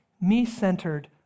me-centered